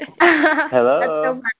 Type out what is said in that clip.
Hello